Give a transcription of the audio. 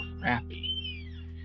crappy